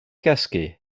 gysgu